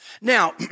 Now